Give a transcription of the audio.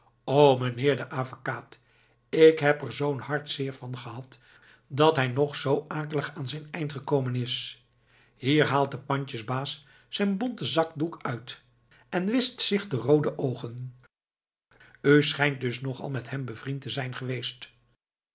o meneer de avekaat ik heb er zoo'n hartzeer van gehad dat hij nog zoo akelig aan zijn eind is gekomen hier haalt de pandjesbaas zijn bonten zakdoek uit en wischt zich de roode oogen u schijnt dus nogal met hem bevriend te zijn geweest